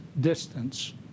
distance